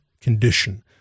condition